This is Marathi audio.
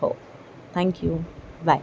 हो थँक्यू बाय